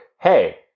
hey